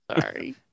sorry